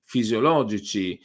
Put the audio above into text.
fisiologici